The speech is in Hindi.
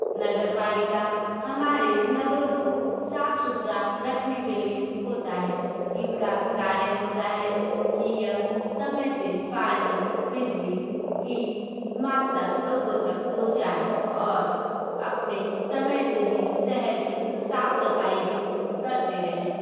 नगर पालिका हमारे नगरों को साफ सुथरा रखने के लिए होता है इनका कार्य होता है कि यह समय से पानी बिजली की मात्रा लोगों तक पहुँचायें और अपने समय से ही शहर की साफ सफाई भी करते रहें